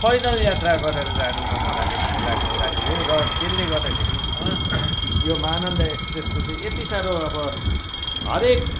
पैदल यात्रा गरेर जानुमा चाहिँ मलाई चाहिँ ठिक लाग्छ साथी हो र त्यसले गर्दाखेरि म यो महानन्द एक्सप्रेसको चाहिँ यति साह्रो अब हरेक